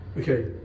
Okay